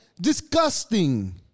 disgusting